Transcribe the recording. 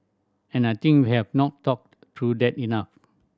and I think we have not talked through that enough